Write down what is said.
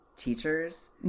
Teachers